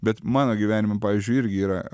bet mano gyvenime pavyzdžiui irgi yra